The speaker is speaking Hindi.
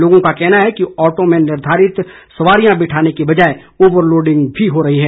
लोगों का कहना है कि ऑटो में निर्धारित सवारियां बिठाने के बजाए ओवर लोडिंग भी कर रहे हैं